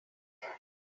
jams